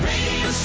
Radio